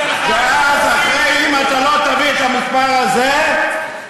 אם אתה לא תביא את המספר הזה,